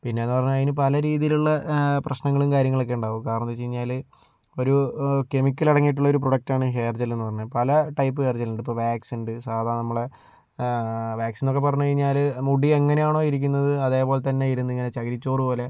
പിന്നെയെന്നു പറഞ്ഞാൽ അതിനു പല രീതിയിലുള്ള പ്രശ്നങ്ങളും കാര്യങ്ങളൊക്കെ ഉണ്ടാവും കാരണമെന്താണെന്നുവെച്ചു കഴിഞ്ഞാൽ ഒരു കെമിക്കൽ അടങ്ങിയിട്ടുള്ള ഒരു പ്രോഡക്റ്റാണ് ഹെയർ ജെല്ലെന്നു പറഞ്ഞാൽ പല ടൈപ്പ് ഹെയർ ജെല്ലുണ്ട് ഇപ്പോൾ വാക്സുണ്ട് സാധാ നമ്മുടെ വാക്സെന്നൊക്കെ പറഞ്ഞു കഴിഞ്ഞാൽ മുടി എങ്ങനെയാണോ ഇരിക്കുന്നത് അതേപോലെത്തന്നെ ഇരുന്നിങ്ങനെ ചകിരിച്ചോറു പോലെ